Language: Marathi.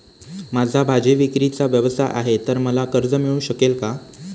माझा भाजीविक्रीचा व्यवसाय आहे तर मला कर्ज मिळू शकेल का?